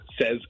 says